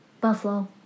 Buffalo